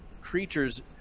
creatures